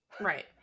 Right